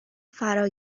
فرا